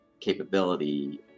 capability